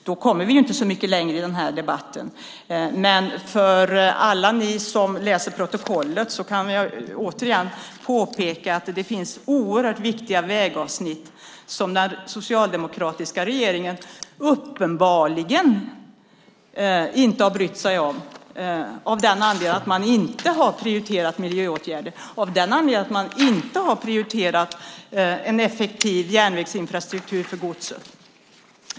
Då kommer vi inte så mycket längre i den här debatten. För alla er som läser protokollet kan jag återigen påpeka att det finns mycket viktiga vägavsnitt som den socialdemokratiska regeringen uppenbarligen inte har brytt sig om av den anledningen att man inte har prioriterat miljöåtgärder. Man har inte prioriterat en effektiv järnvägsinfrastruktur för godset.